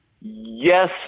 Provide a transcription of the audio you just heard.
Yes